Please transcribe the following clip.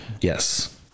Yes